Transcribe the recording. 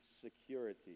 security